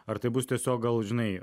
ar tai bus tiesiog gal žinai